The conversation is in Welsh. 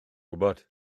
gwybod